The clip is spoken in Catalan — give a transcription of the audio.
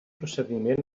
procediment